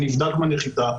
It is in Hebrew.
שנבדק בנחיתה,